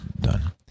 done